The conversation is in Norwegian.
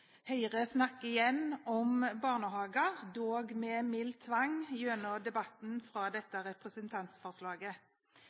Høyre snakker igjen om barnehager, dog med mild tvang, gjennom debatten